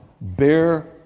Bear